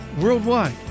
worldwide